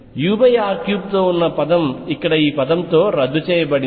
ur3 తో ఉన్న పదం ఇక్కడ ఈ పదంతో రద్దు చేయబడింది